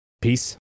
Peace